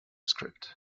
script